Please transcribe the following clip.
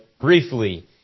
briefly